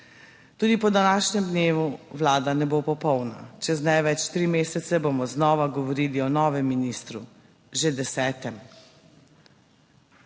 Tudi po današnjem dnevu Vlada ne bo popolna; čez največ tri mesece bomo znova govorili o novem ministru, že desetem.